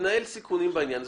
תנהל סיכונים בעניין הזה,